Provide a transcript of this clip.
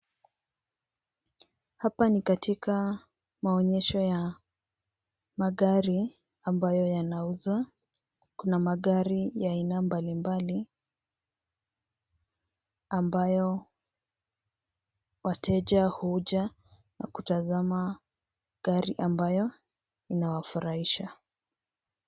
Hapa ni katika maonyesho ya magari ambayo yanauzwa. Kuna magari ya aina mbalimbali ambayo wateja huja na kutazama gari ambayo inawafurahisha.